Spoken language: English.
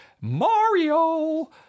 Mario